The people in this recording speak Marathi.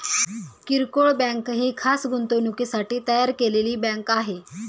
किरकोळ बँक ही खास गुंतवणुकीसाठी तयार केलेली बँक आहे